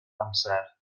amser